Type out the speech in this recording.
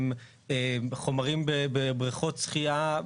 חומרים בבריכות שחייה.